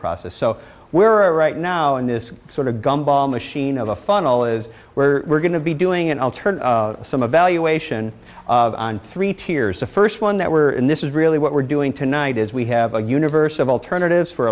process so where are right now in this sort of gumbo machine of a funnel is where we're going to be doing and i'll turn some of valuation on three tiers the first one that we're in this is really what we're doing tonight is we have a universe of alternatives for